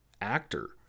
actor